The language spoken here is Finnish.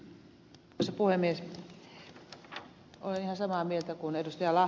olen ihan samaa mieltä kuin ed